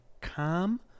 calm